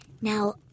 Now